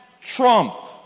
trump